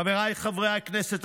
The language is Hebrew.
חבריי חברי הכנסת,